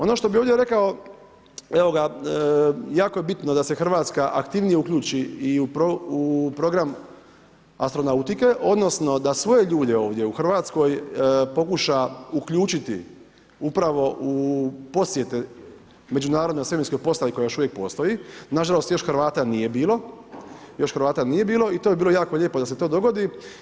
Ono što bih ovdje rekao, evo ga, jako je bitno da se Hrvatska aktivnije uključi i u program astronautike odnosno da svoje ljude ovdje u Hrvatskoj pokuša uključiti upravo u posjete Međunarodnoj svemirskoj postaji koja još uvijek postoji, nažalost još Hrvata nije bilo, još Hrvata nije bilo i to bi bilo jako lijepo da se to dogodi.